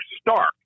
stark